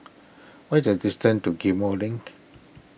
what the distance to Ghim Moh Link